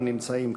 נמצאים כאן.